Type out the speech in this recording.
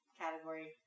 category